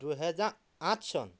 দুহেজাৰ আঠ চন